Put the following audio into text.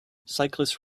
cyclists